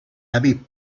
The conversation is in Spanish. aviv